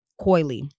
coily